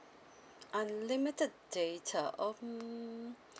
unlimited data um